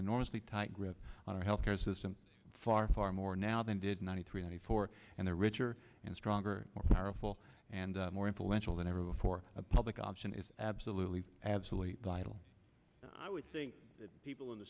enormously tight grip on our health care system far far more now than did ninety three ninety four and they're richer and stronger more powerful and more influential than ever before a public option is absolutely absolutely vital i would think that people in the